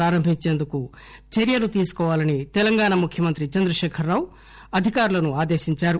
ప్రారంభించేందుకు చర్యలు తీసుకోవాలని తెలంగాణ ముఖ్యమంత్రి చంద్రకేఖరరావు అధికారులను ఆదేశించారు